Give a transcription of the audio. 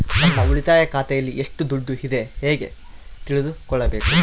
ನಮ್ಮ ಉಳಿತಾಯ ಖಾತೆಯಲ್ಲಿ ಎಷ್ಟು ದುಡ್ಡು ಇದೆ ಹೇಗೆ ತಿಳಿದುಕೊಳ್ಳಬೇಕು?